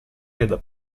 veda